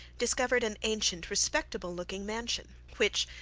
discovered an ancient respectable looking mansion which,